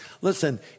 Listen